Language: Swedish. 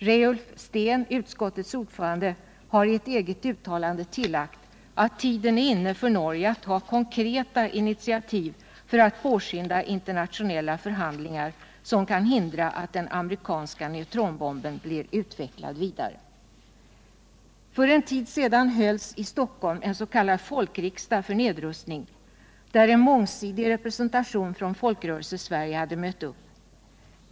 Reiulf Steen — utskottets ordförande — har i ett eget uttalande tillagt att tiden är inne för Norge att ta konkreta initiativ för att påskynda internationella förhandlingar, som kan hindra att den amerikanska neutronbomben blir utvecklad vidare. För en tid sedan hölls det i Stockholm en s.k. folkriksdag för nedrustning, där en mångsidig representation från Folkrörelsesverige hade mött upp.